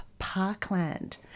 parkland